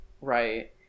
Right